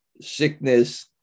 sickness